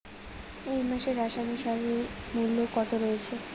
এই মাসে রাসায়নিক সারের মূল্য কত রয়েছে?